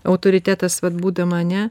autoritetas vat būdama ane